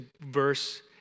verse